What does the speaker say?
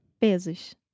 Pesos